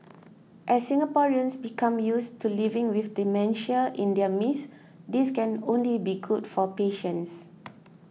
as Singaporeans become used to living with dementia in their midst this can only be good for patients